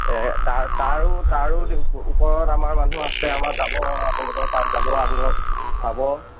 তাৰো তাৰো ওপৰত আমাৰ মানুহ আছে আমাৰ যাব আপোনালোকৰ তাত যাব আপোনলোকক চাব